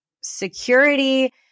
security